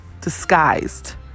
disguised